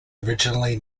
originally